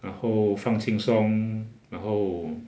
然后放轻松然后